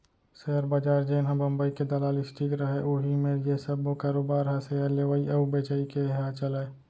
share बजार जेनहा बंबई के दलाल स्टीक रहय उही मेर ये सब्बो कारोबार ह सेयर लेवई अउ बेचई के ह चलय